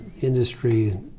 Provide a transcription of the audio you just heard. industry